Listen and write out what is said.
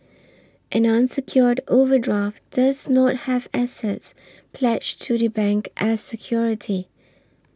an unsecured overdraft does not have assets pledged to the bank as security